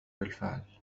بالفعل